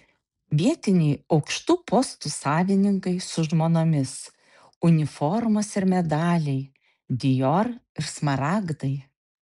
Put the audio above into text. vietiniai aukštų postų savininkai su žmonomis uniformos ir medaliai dior ir smaragdai